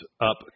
up